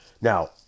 Now